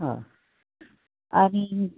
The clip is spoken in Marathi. हां आणि